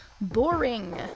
boring